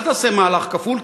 אל תעשה מהלך כפול,